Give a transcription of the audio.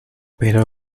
pero